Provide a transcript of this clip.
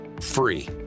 free